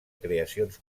creacions